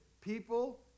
people